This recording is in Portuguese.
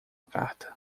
carta